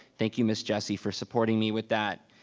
thank you, ms. jessie for supporting me with that.